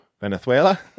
Venezuela